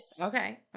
Okay